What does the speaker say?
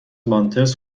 مانتس